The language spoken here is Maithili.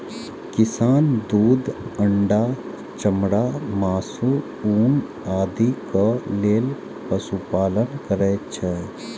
किसान दूध, अंडा, चमड़ा, मासु, ऊन आदिक लेल पशुपालन करै छै